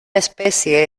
especie